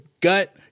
gut